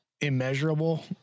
immeasurable